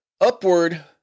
upward